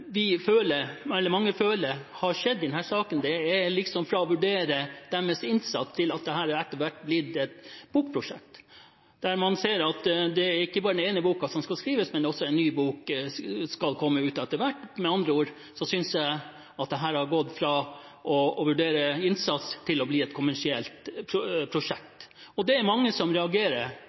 mange føler har skjedd i denne saken, er at fra å vurdere deres innsats har dette etter hvert blitt et bokprosjekt, der man ser at det ikke bare er den ene boken som skal skrives, men at også en ny bok skal komme ut etter hvert – med andre ord synes jeg at dette har gått fra å vurdere innsats til å bli et kommersielt prosjekt. Det er mange som reagerer